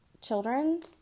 children